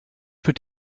wird